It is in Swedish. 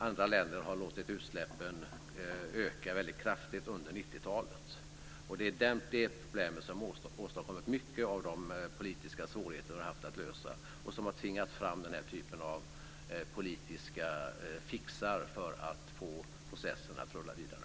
Andra länder har låtit utsläppen öka väldigt kraftigt under 90-talet. Det är det problemet som har åstadkommit mycket av de politiska svårigheter som vi har haft att komma till rätta med och som tyvärr har tvingat fram den aktuella typen av politiska "fixar" för att få processen att rulla vidare.